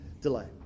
delay